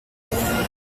mer